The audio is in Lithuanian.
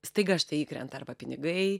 staiga štai įkrenta arba pinigai